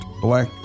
black